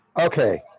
Okay